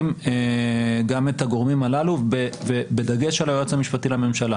גם את הגורמים הללו בדגש על היועץ המשפטי לממשלה.